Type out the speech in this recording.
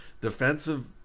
defensive